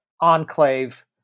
enclave